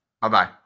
Bye-bye